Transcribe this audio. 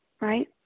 Right